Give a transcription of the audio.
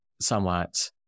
somewhat